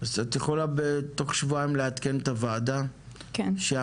אז את יכולה בתוך שבועיים לעדכן את הוועדה שהמנכ"ל,